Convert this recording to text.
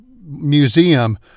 museum